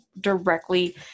directly